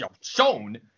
shown